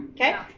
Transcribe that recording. okay